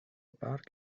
park